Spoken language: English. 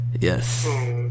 Yes